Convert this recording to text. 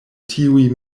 tiuj